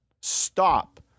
Stop